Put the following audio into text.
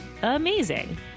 amazing